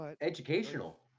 Educational